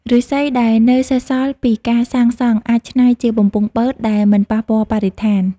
ឫស្សីដែលនៅសេសសល់ពីការសាងសង់ អាចច្នៃជាបំពង់បឺតដែលមិនប៉ះពាល់បរិស្ថាន។